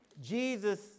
Jesus